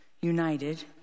united